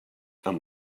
amb